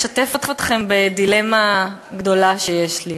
בטלו את ההחלטה הגרועה הזאת.